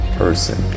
person